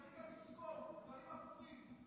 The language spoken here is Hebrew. וצריך גם לזכור דברים הפוכים.